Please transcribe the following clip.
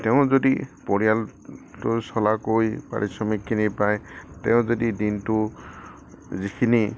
তেওঁ যদি পৰিয়ালটো চলাকৈ পাৰিশ্ৰমিকখিনি পায় তেওঁ যদি দিনটো যিখিনি